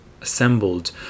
assembled